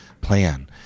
plan